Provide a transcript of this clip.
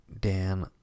dan